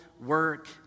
work